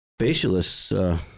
facialists